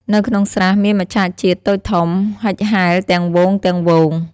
នៅក្នុងស្រះ មានមច្ឆជាតិតូចធំហិចហែលទាំងហ្វូងៗ។